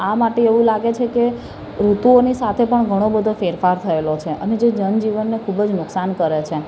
આ માટે એવું લાગે છે કે ઋતુઓની સાથે પણ ઘણો બધો ફેરફાર થયેલો છે અને જે જનજીવનને ખૂબ જ નુકસાન કરે છે